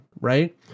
right